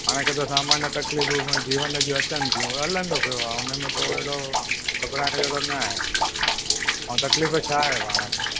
पाण खे त सामान्य तकलीफ़ूं जीवन जूं अचनि थियूं हलंदो पियो आहे हुन में को हेड़ो घबिराइण जहिड़ो न आहे ऐं तकलीफ़ु छाहे पाण खे